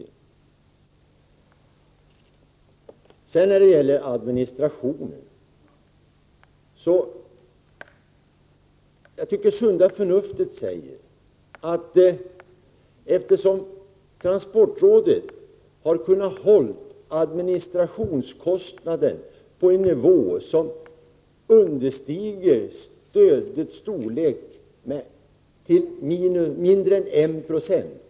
Jag tycker att sunda förnuftet säger att administrationen bör ligga på transportrådet, eftersom rådet har kunnat hålla administrationskostnaden på en nivå som uppgår till mindre än 1 20 av stödet.